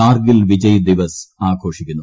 കാർഗിൽ വിജയ് ദിവസ് ആഘോഷിക്കുന്നു